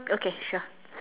okay sure